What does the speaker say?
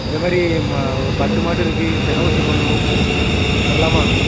இந்த மாதிரி மா பத்து மாடு இருக்குது செனை ஊசி போடணும் வரலாமா